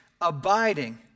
abiding